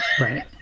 right